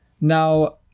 Now